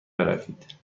بروید